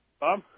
Bob